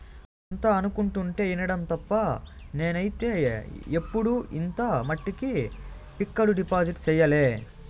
అంతా అనుకుంటుంటే ఇనడం తప్ప నేనైతే ఎప్పుడు ఇంత మట్టికి ఫిక్కడు డిపాజిట్ సెయ్యలే